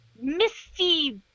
misty